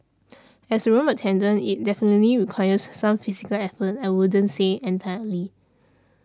as a room attendant it definitely requires some physical effort I wouldn't say entirely